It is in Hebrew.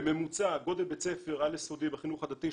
בממוצע גודל בית ספר על-יסודי בחינוך הדתי,